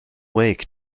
wake